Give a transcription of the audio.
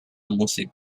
musik